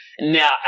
Now